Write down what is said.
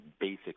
basic